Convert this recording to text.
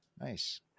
Nice